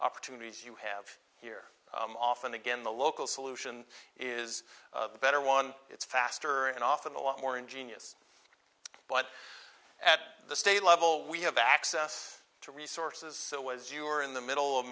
opportunities you have here often again the local solution is a better one it's faster and often a lot more ingenious but at the state level we have access to resources so as you are in the middle of